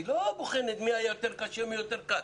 היא לא בוחנת מי היה יותר קשה, מי יותר קל.